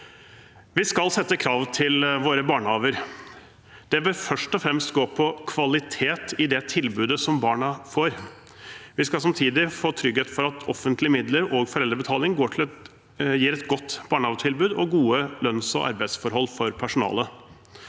Vi skal sette krav til våre barnehager. Det bør først og fremst gå på kvalitet i det tilbudet som barna får. Vi skal samtidig få trygghet for at offentlige midler og foreldrebetaling gir et godt barnehagetilbud og gode lønnsog arbeidsforhold for personalet.